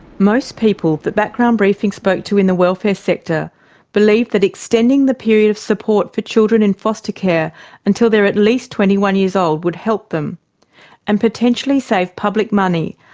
most people that background briefing spoke to in the welfare sector believed that extending the period of support for children in foster care until they are at least twenty one years old would help them and potentially save public money,